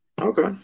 Okay